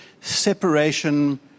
separation